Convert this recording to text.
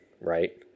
right